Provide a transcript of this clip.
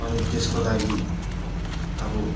अनि त्यसको लागि अब